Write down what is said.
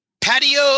Patio